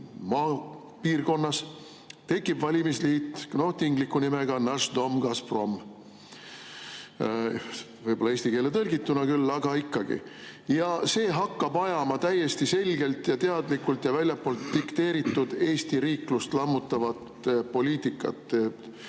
maapiirkonnas tekib valimisliit tingliku nimega "Naš dom – Gazprom". Võib-olla eesti keelde tõlgituna küll, aga ikkagi. Ja see hakkab ajama täiesti selgelt ja teadlikult ja väljastpoolt dikteeritud, Eesti riiklust lammutavat poliitikat,